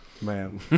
Man